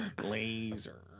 Laser